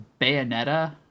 Bayonetta